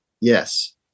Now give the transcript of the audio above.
yes